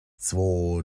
zwo